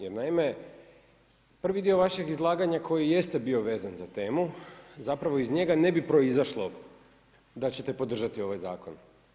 Jer naime, prvi dio vašeg izlaganja koji jeste bio vezan za temu zapravo iz njega ne bi proizašlo da ćete podržati ovaj zakon.